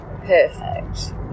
perfect